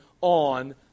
on